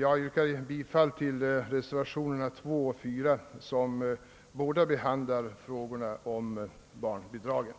Jag yrkar bifall till reservationerna 2 och 4 vid andra lagutskottets utlåtande nr 40, som båda behandlar frågorna om barnbidragen.